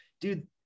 dude